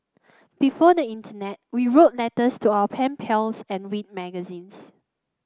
before the internet we wrote letters to our pen pals and read magazines